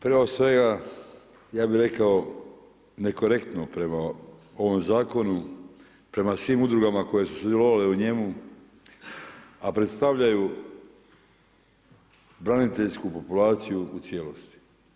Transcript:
Prije svega ja bih rekao nekorektno prema ovom zakonu, prema svim udrugama koje su sudjelovale u njemu, a predstavljaju braniteljsku populaciju u cijelosti.